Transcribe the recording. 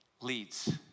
leads